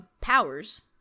powers